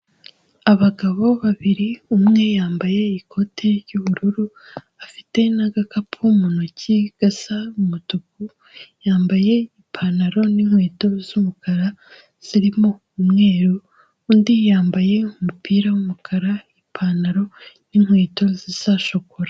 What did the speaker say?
Abagabo babiri umwe yambaye ikote ry'ubururu afite n'agakapu mu ntoki gasa umutuku, yambaye ipantaro n'inkweto z'umukara zirimo umweru, undi yambaye umupira w'umukara ipantaro n'inkweto ziza shokora.